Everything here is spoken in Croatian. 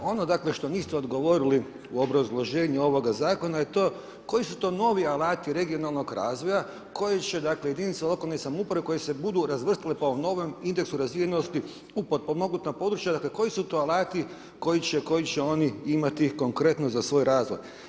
Ono dakle, što niste odgovorili u obrazloženju ovoga zakona je to koji su to novi alati regionalnog razvoja, koji će dakle, jedinice lokalne samouprave, koje se budu razvrstale po ovom novom indeksu razvijenosti u potpomognuta područja, dakle, koji su to alati, koji će oni imati konkretno za svoj razlog.